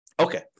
Okay